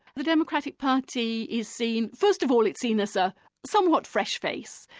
the democratic party is seen, first of all it's seen as a somewhat fresh face.